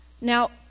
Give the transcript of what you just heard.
Now